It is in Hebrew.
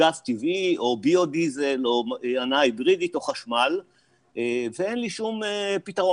גז טבעי או ביו דיזל או הנעה היברידית או חשמל ואין לי שום פתרון,